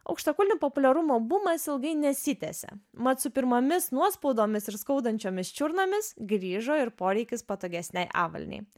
aukštakulnių populiarumo bumas ilgai nesitęsia mat su pirmomis nuospaudomis ir skaudančiomis čiurnomis grįžo ir poreikis patogesnei avalynei